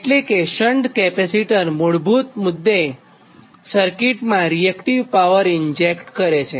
એટલે કે શંટ કેપેસિટરમુળ મુદ્દે સર્કિટમાં રીએક્ટીવ પાવર ઇન્જેક્ટ કરે છે